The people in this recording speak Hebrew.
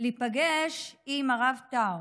להיפגש עם הרב טאו,